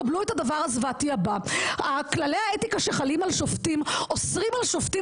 קבלו את הדבר הזוועתי הבא: כללי האתיקה שחלים על שופטים אוסרים על שופטים